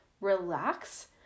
relax